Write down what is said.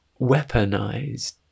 weaponized